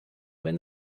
wenn